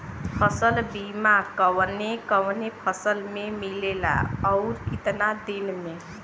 फ़सल बीमा कवने कवने फसल में मिलेला अउर कितना दिन में?